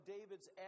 David's